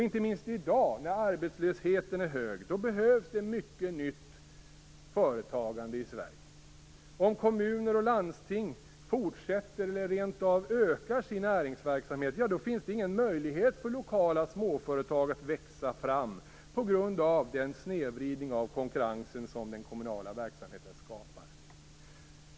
Inte minst i dag, när arbetslösheten är hög, behövs det mycket nytt företagande i Sverige. Om kommuner och landsting fortsätter eller rent av ökar sin näringsverksamhet, finns det ingen möjlighet för lokala småföretag att växa fram, på grund av den snedvridning av konkurrensen som den kommunala verksamheten skapar.